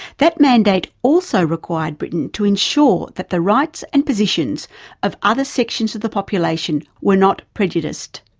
that mandate also required britain to ensure that the rights and positions of other sections of the population were not prejudiced.